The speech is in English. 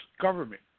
government